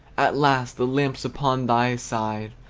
at last, the lamps upon thy side,